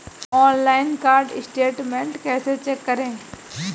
Online card statement कैसे check करें?